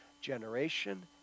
Generation